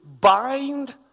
bind